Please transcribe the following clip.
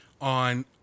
on